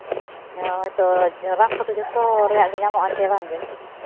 ᱚ ᱦᱚᱭᱛᱳ ᱨᱟᱱ ᱠᱚᱫᱚ ᱡᱚᱛᱚ ᱨᱮᱭᱟᱜ ᱜᱮ ᱧᱟᱢᱚᱜ ᱟᱥᱮ ᱵᱟᱝ ᱜᱮ